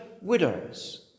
widows